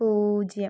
പൂജ്യം